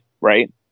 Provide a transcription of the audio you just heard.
Right